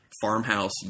farmhouse